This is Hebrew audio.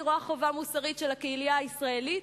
אני רואה חובה מוסרית של הקהילה הישראלית